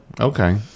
Okay